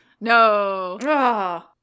No